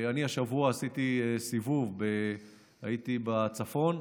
השבוע עשיתי סיבוב, הייתי בצפון,